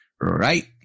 right